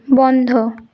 বন্ধ